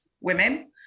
women